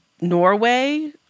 Norway –